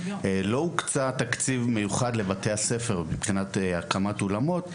לא הוקצה תקציב מיוחד לבתי הספר להקמת אולמות.